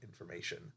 information